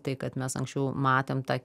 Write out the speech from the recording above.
tai kad mes anksčiau matėm tą